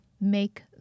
make